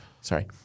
sorry